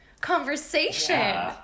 conversation